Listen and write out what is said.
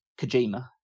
Kojima